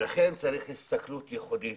לכן צריך הסתכלות ייחודית